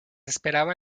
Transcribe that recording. esperaba